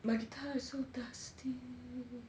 my guitar is so dusty